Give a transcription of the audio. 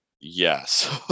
yes